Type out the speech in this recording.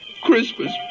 Christmas